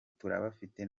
turabafite